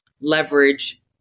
leverage